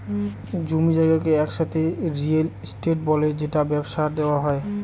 জমি জায়গাকে একসাথে রিয়েল এস্টেট বলে যেটা ব্যবসায় দেওয়া হয়